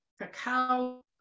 cacao